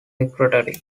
migratory